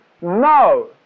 no